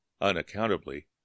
unaccountably